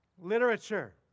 literature